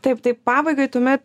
taip tai pabaigai tuomet